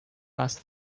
last